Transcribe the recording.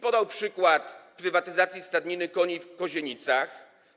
Podał przykład prywatyzacji stadniny koni w Kozienicach.